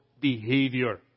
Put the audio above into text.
Behavior